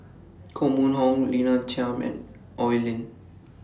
Koh Mun Hong Lina Chiam and Oi Lin